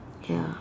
ya